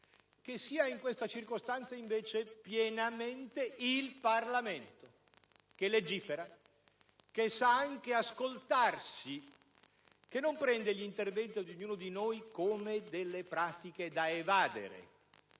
sia in questa circostanza, invece, pienamente il Parlamento che legifera, che sa anche interagire, che non prende gli interventi di ognuno di noi come delle pratiche da evadere,